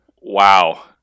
wow